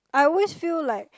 I always feel like